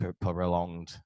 prolonged